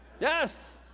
yes